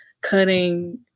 cutting